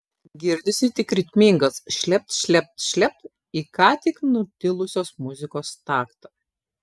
girdisi tik ritmingas šlept šlept šlept į ką tik nutilusios muzikos taktą